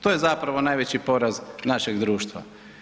To je zapravo najveći poraz našeg društva.